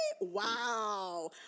Wow